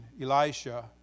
Elisha